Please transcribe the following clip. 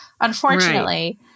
Unfortunately